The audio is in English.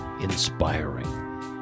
inspiring